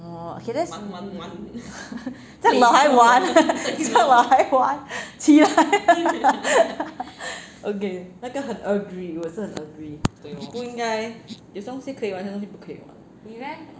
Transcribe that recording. orh 这样老还玩这样老还玩起来啦 ok 那个很 agree 我是很 agree 不应该有些东西可以玩有些东西不可以玩